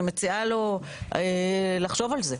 אני מציעה לו לחשוב על זה.